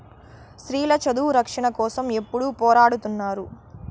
స్త్రీల చదువు రక్షణ కోసం ఎప్పుడూ పోరాడుతున్నారు